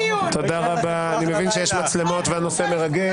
אני מבין שיש מצלמות והנושא מרגש.